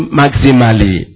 maximally